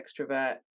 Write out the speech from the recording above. extrovert